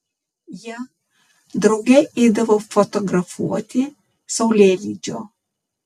jie drauge eidavo fotografuoti saulėlydžio